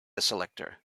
selector